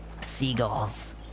seagulls